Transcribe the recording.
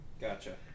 Gotcha